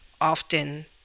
often